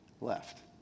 left